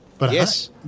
Yes